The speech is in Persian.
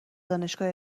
دانشگاه